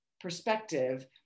perspective